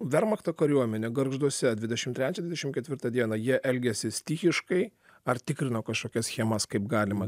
vermachto kariuomenė gargžduose dvidešimt trečią dvidešimt ketvirtą dieną jie elgėsi stichiškai ar tikrino kažkokias schemas kaip galima